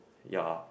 ya